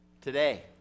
Today